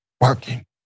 working